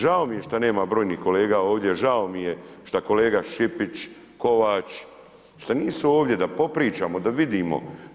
Žao mi je što nema brojnih kolega ovdje, žao mi je što kolega Šipić, Kovač, što nisu ovdje da popričamo, da vidimo.